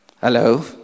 Hello